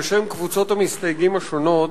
בשם קבוצות המסתייגים השונות